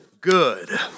good